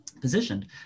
Positioned